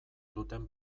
duten